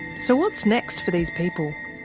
so what's next for these people?